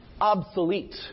obsolete